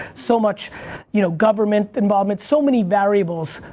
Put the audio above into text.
so much you know government involvement, so many variables.